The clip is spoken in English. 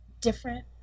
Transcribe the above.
different